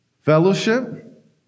Fellowship